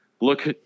look